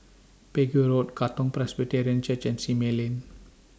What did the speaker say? Pegu Road Katong Presbyterian Church and Simei Lane